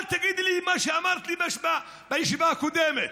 אל תגידי לי מה שאמרת לי בישיבה הקודמת,